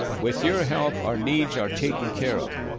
with your help, our needs are taken care of.